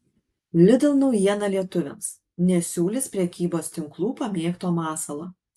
lidl naujiena lietuviams nesiūlys prekybos tinklų pamėgto masalo